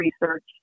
research